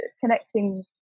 connecting